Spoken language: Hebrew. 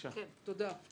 תודה.